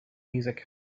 music